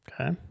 Okay